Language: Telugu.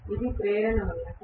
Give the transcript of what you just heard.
ఇది ప్రేరణ వల్ల కాదు